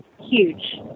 huge